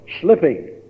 slipping